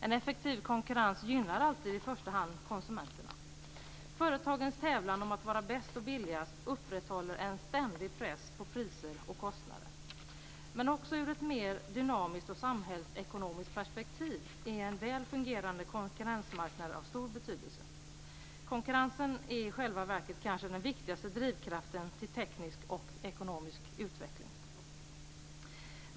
En effektiv konkurrens gynnar alltid i första hand konsumenterna. Företagens tävlan om att vara bäst och billigast upprätthåller en ständig press på priser och kostnader. Men också ur ett mer dynamiskt och samhällsekonomiskt perspektiv är väl fungerande konkurrensmarknader av stor betydelse. Konkurrensen är i själva verket den kanske viktigaste drivkraften till teknisk och ekonomisk utveckling.